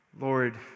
Lord